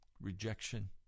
Rejection